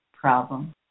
problem